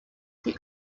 the